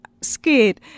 scared